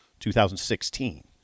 2016